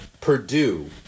Purdue